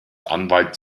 anwalt